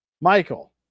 Michael